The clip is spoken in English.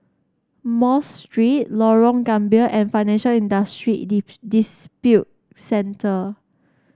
Mosque Street Lorong Gambir and Financial Industry Dispute Center